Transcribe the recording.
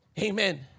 Amen